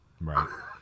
right